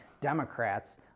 Democrats